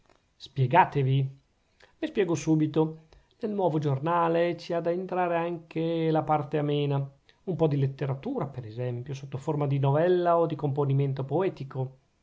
spiegatevi mi spiego subito nel nuovo giornale ci ha da entrare anche la parte amena un po di letteratura per esempio sotto forma di novella o di componimento poetico